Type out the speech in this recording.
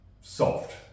soft